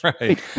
Right